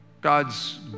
God's